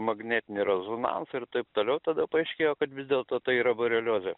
magnetinį rezonansą ir taip toliau tada paaiškėjo kad vis dėlto tai yra bareliozė